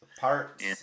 Parts